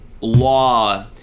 law